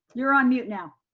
you're on mute now.